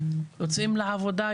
יוצאים לעבודה,